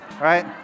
Right